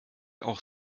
auch